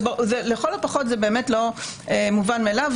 לכל הפחות זה לא מובן מאליו.